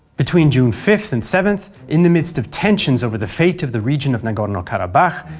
between june fifth and seventh, in the midst of tensions over the fate of the region of nagorno-karabakh,